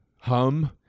Hum